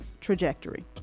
trajectory